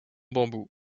bambou